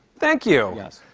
thank you. yes.